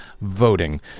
Voting